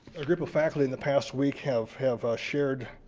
a group of faculty in the past week have have shared